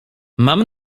mam